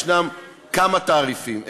יש כמה תעריפים: